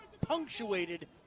punctuated